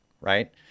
right